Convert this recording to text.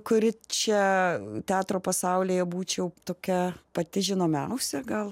kuri čia teatro pasaulyje būčiau tokia pati žinomiausia gal